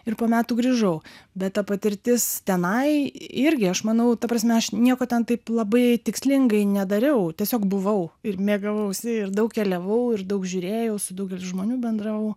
ir po metų grįžau bet ta patirtis tenai irgi aš manau ta prasme aš nieko ten taip labai tikslingai nedariau tiesiog buvau ir mėgavausi ir daug keliavau ir daug žiūrėjau su daugeliu žmonių bendravau